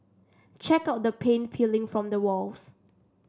check out the paint peeling from the walls